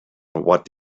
what